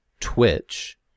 Twitch